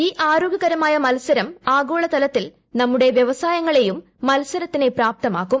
ഈ ആരോഗൃകരമായ മത്സരം ആഗോള തലത്തിൽ നമ്മുടെ വ്യവസായങ്ങളെയും മത്സരത്തിന് പ്രാപ്തമാക്കും